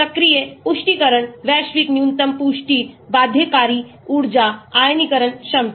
सक्रिय पुष्टिकरण वैश्विक न्यूनतम पुष्टि बाध्यकारी ऊर्जा आयनीकरण क्षमता